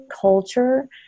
culture